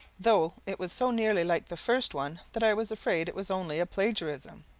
though it was so nearly like the first one that i was afraid it was only a plagiarism